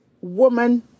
woman